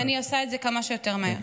ואני אעשה את זה כמה שיותר מהר.